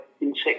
insects